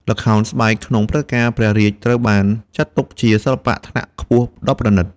ល្ខោនស្បែកក្នុងព្រឹត្តិការណ៍ព្រះរាជត្រូវបានចាត់ទុកជាសិល្បៈថ្នាក់ខ្ពស់ដ៏ប្រណីត។